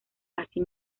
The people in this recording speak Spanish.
así